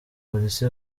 polisi